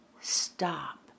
stop